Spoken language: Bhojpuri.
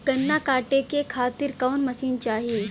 गन्ना कांटेके खातीर कवन मशीन चाही?